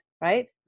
Right